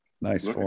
Nice